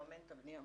מממן את הבניה,